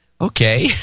okay